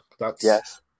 Yes